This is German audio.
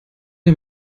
dir